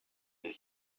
did